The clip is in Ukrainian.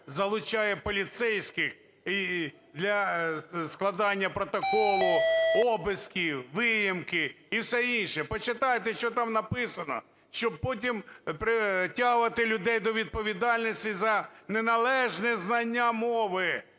залучає поліцейських для складання протоколу обысков, выемки і все інше. Почитайте, що там написано, щоб потім притягувати людей до відповідальності за неналежне знання мови,